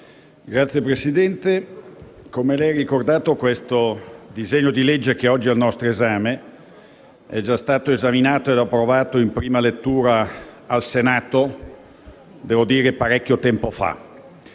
Signor Presidente, come ha ricordato, il disegno di legge che oggi è al nostro esame è già stato esaminato e approvato in prima lettura al Senato, devo dire parecchio tempo fa.